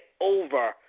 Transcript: over